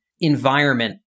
environment